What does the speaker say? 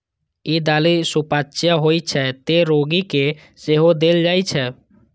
ई दालि सुपाच्य होइ छै, तें रोगी कें सेहो देल जाइ छै